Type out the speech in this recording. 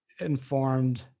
informed